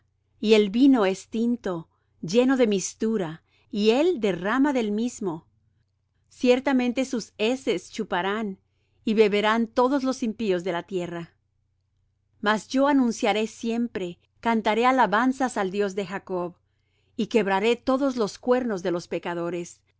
y el vino es tinto lleno de mistura y él derrama del mismo ciertamente sus heces chuparán y beberán todos los impíos de la tierra mas yo anunciaré siempre cantaré alabanzas al dios de jacob y quebraré todos los cuernos de los pecadores los